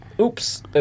oops